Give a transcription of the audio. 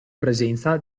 presenza